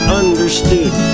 understood